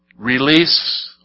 Release